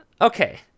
Okay